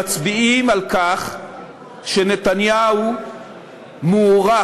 שמצביעים על כך שנתניהו מוערך